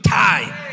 time